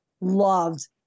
loved